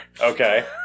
Okay